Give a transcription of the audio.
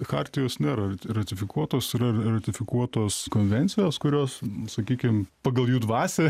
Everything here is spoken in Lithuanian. chartijos nėra ratifikuotos yra ratifikuotos konvencijos kurios sakykim pagal jų dvasią